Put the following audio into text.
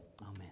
amen